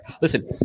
Listen